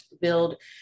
build